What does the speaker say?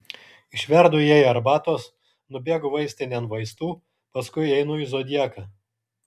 išverdu jai arbatos nubėgu vaistinėn vaistų paskui einu į zodiaką